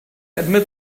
admit